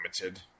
limited